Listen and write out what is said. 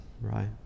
right